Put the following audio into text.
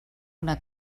una